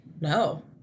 no